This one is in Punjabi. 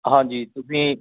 ਹਾਂਜੀ ਤੁਸੀਂ